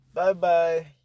Bye-bye